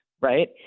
right